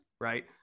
right